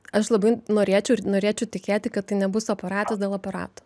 aš labai norėčiau ir norėčiau tikėti kad tai nebus aparatas dėl aparato